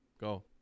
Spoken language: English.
go